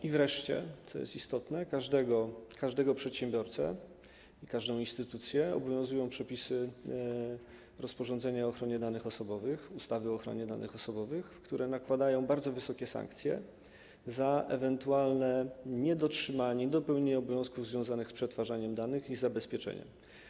I wreszcie, co jest istotne, każdego przedsiębiorcę i każdą instytucję obowiązują przepisy rozporządzenia o ochronie danych osobowych, ustawy o ochronie danych osobowych, które nakładają bardzo wysokie sankcje za ewentualne niedotrzymanie, niedopełnienie obowiązków związanych z przetwarzaniem danych i z ich zabezpieczeniem.